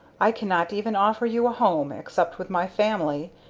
i cannot even offer you a home, except with my family,